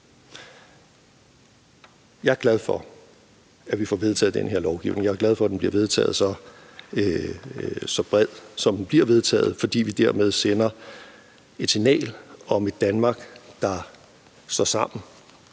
Jeg er glad for, at vi får vedtaget det her lovforslag. Jeg er glad for, at det bliver vedtaget så bredt, som det bliver vedtaget, fordi vi dermed sender et signal om et Danmark, der står sammen